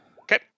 Okay